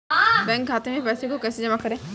Bank खाते से पैसे को कैसे जमा करें?